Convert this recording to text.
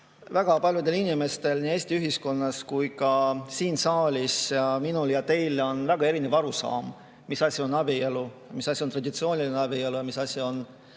väga paljudel inimestel nii Eesti ühiskonnas kui ka siin saalis, sealhulgas minul ja teil, on väga erinev arusaam, mis asi on abielu, mis asi on traditsiooniline abielu, mis asi on